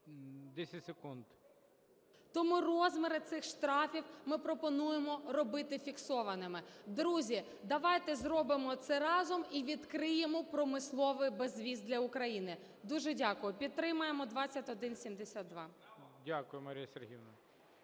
М.С. Тому розміри цих штрафів ми пропонуємо робити фіксованими. Друзі, давайте зробимо це разом і відкриємо промисловий безвіз для України. Дуже дякую. Підтримаємо 2172. ГОЛОВУЮЧИЙ. Дякую, Марія Сергіївно.